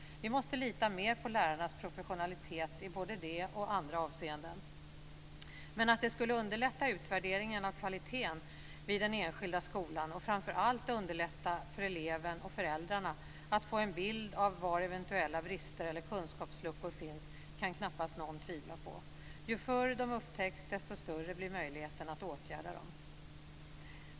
Vi måste lita mer på lärarnas professionalitet i både det och andra avseenden. Men att det skulle underlätta utvärderingen av kvaliteten vid den enskilda skolan och framför allt underlätta för eleven och föräldrarna att få en bild av var eventuella brister eller kunskapsluckor finns kan knappast någon tvivla på. Ju förr de upptäcks, desto större blir möjligheten att åtgärda dem.